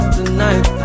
Tonight